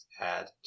Add